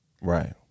Right